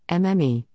MME